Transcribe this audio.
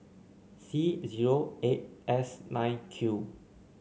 C zero eight S nine Q